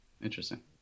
Interesting